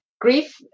grief